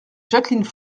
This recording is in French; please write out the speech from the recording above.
jacqueline